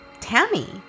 Tammy